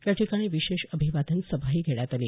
या ठिकाणी विशेष अभिवादन सभाही घेण्यात आली